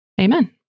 Amen